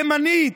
ימנית,